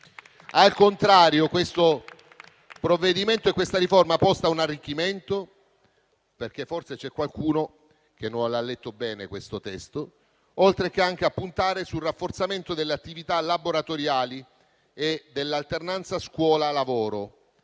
Al contrario, questo provvedimento e questa riforma porta un arricchimento, perché forse c'è qualcuno che non ha letto bene questo testo, oltre anche a puntare sul rafforzamento delle attività laboratoriali e dell'alternanza scuola-lavoro.